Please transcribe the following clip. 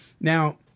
Now